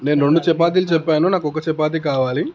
నేను రెండు చపాతీలు చెప్పాను నాకొక చపాతీ కావాలి